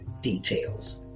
details